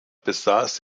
besaß